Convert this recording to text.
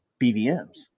BVMs